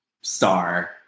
star